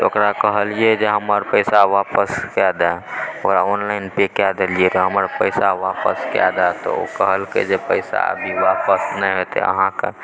ओकरा कहलियै जे हमर पैसा वापस कै दऽ ओकरा ऑनलाइन पे कए देलिऐ रऽ हमरा पैसा वापस कए दऽ तऽ ओ कहलकै जे पैसा आब वापस नहि हेतए अहाँके